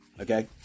Okay